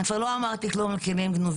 לא אמרתי כלום על גנובים.